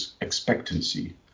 expectancy